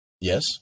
Yes